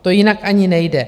To jinak ani nejde.